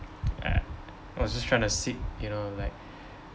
uh was just trying to seek you know like